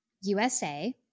USA